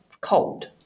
Cold